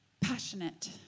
passionate